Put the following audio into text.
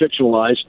fictionalized